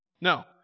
No